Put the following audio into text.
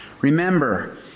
Remember